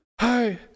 Hi